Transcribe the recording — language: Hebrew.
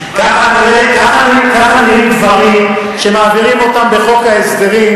ככה נראים דברים שמעבירים אותם בחוק ההסדרים,